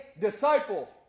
disciple